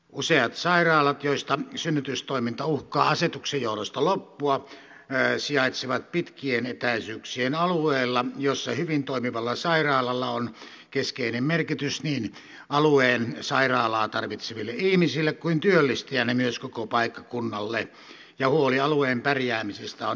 useat sairaalat joista synnytystoiminta uhkaa asetuksen johdosta loppua sijaitsevat pitkien etäisyyksien alueella missä hyvin toimivalla sairaalalla on keskeinen merkitys niin alueen sairaalaa tarvitseville ihmisille kuin työllistäjänä myös koko paikkakunnalle ja huoli alueen pärjäämisestä on ymmärrettävää